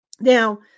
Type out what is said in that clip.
Now